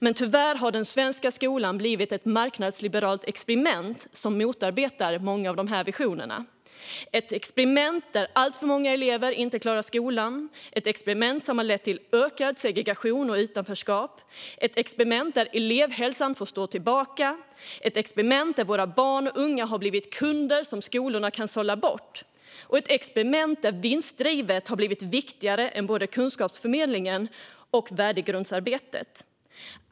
Men tyvärr har den svenska skolan blivit ett marknadsliberalt experiment som motarbetar många av dessa visioner. Det handlar om ett experiment där alltför många elever inte klarar skolan, vilket har lett till ökad segregation och utanförskap, och där elevhälsan får stå tillbaka. Det är ett experiment där våra barn och unga har blivit kunder som skolorna kan sålla bort och där vinstdrivet har blivit viktigare än både kunskapsförmedlingen och värdegrundsarbetet.